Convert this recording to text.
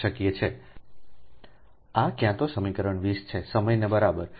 આ ક્યાં તો સમીકરણ 20 છે સમય ને બરાબર